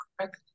Correct